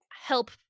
help